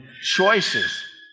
choices